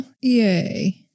yay